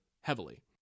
heavily